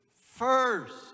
first